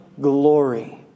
glory